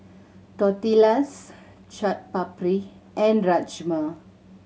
Tortillas Chaat Papri and Rajma